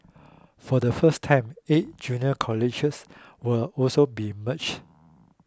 for the first time eight junior colleges will also be merge